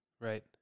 Right